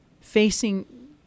facing